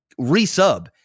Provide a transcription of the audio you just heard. resub